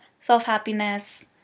self-happiness